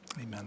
amen